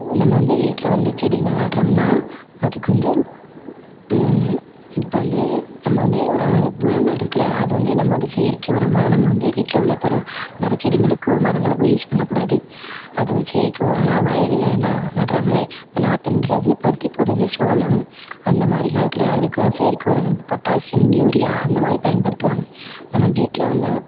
நம்ம வந்து வீட்டில் வந்து செடிங்கள் நடுறோம்னா அதுக்கு வந்து இப்போ வந்து நம்ம வந்து உரங்கள் இருக்குதுல்ல அதை வந்து நம்ம வந்து செயற்கை உரமாக நம்ம வந்து வீட்டில் உள்ள பொருள் மர செடிங்களுக்கோ மரங்களுக்கோ யூஸ் பண்ணக்கூடாது அது வந்து செயற்கை உரம்னா வயலில் ந நடுறாங்கல்ல இப்போ நாற்று நடுறது பருத்தி போடுறது சோளம் அந்த மாதிரிலாம் இருக்குதுல்ல அதுக்கு தான் செயற்கை உரங்கள் இந்த பொட்டாசியம் யூரியா அந்த மாதிரி பயன்படுத்துவாங்க நம்ம வீட்டில் உள்ள